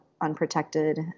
unprotected